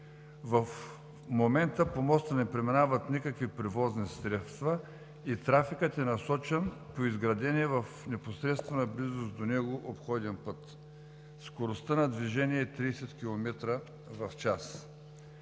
В момента по моста не преминават никакви превозни средства и трафикът е насочен по изградения в непосредствена близост до него обходен път. Скоростта на движение е 30 километра в час.